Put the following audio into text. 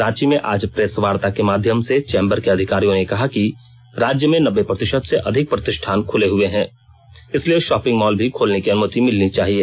रांची में आज प्रेस वार्ता के माध्यम से चैंबर के अधिकारियों ने कहा कि राज्य में नब्बे प्रतिशत से अधिक प्रतिष्ठान खुले हए हैं इसलिए शॉपिंग मॉल भी खोलने की अनुमति मिलनी चाहिए